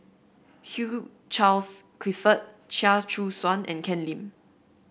Hugh Charles Clifford Chia Choo Suan and Ken Lim